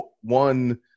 One